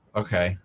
okay